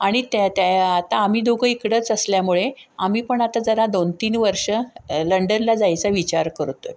आणि त्या त्या आता आम्ही दोघं इकडंच असल्यामुळे आम्ही पण आता जरा दोन तीन वर्षं लंडनला जायचा विचार करतो आहे